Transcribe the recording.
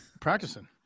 practicing